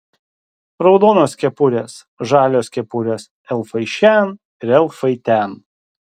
raudonos kepurės žalios kepurės elfai šen ir elfai ten